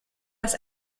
dass